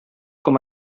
com